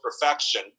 perfection